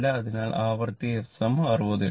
അതിനാൽ ആവൃത്തി f 60 hertz